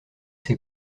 ses